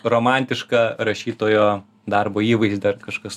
romantišką rašytojo darbo įvaizdį ar kažkas